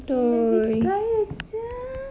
I legit tired sia